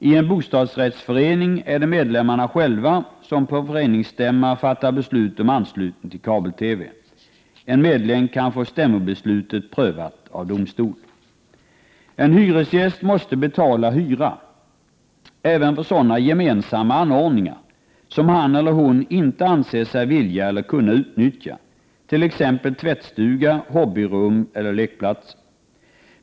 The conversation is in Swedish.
I en bostadsrättsförening är det medlemmarna själva som på föreningsstämma fattar beslut om anslutning till kabel-TV. En medlem kan få stämmobeslutet prövat av domstol. En hyresgäst måste betala hyra även för sådana gemensamma anordningar som han eller hon inte anser sig vilja eller kunna utnyttja, t.ex. tvättstuga, hobbyrum eller lekplatser.